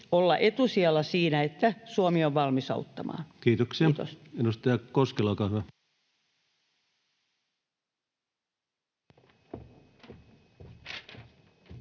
olla etusijalla siinä, että Suomi on valmis auttamaan. — Kiitos. Kiitoksia. — Edustaja Koskela, olkaa hyvä.